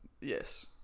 Yes